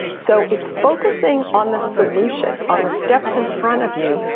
so it's focusing on the solution, on the steps in front of you,